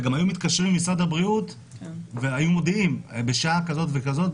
וגם היו מתקשרים ממשרד הבריאות ומודיעים: בשעה כזאת וכזאת,